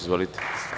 Izvolite.